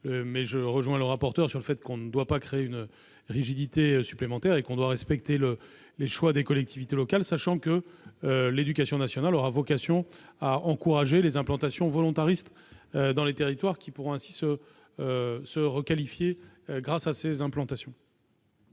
je rejoins le rapporteur pour dire que l'on ne doit pas introduire une rigidité supplémentaire. On doit respecter les choix des collectivités locales, sachant que l'éducation nationale aura vocation à encourager les implantations volontaristes dans certains territoires qui pourront ainsi se requalifier. Le Gouvernement